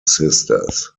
sisters